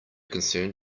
concerned